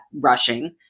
rushing